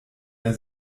der